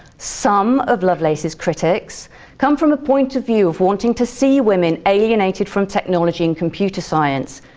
some of lovelace's critics come from a point of view of wanting to see women alienated from technology and computer science,